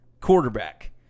quarterback